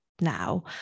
now